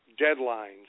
deadlines